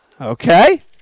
Okay